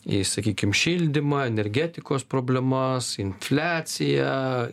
į sakykim šildymo energetikos problemas infliaciją